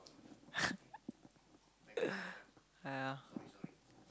!aiya!